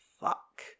fuck